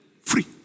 Free